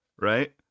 right